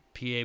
pa